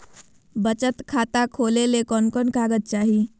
बचत खाता खोले ले कोन कोन कागज चाही?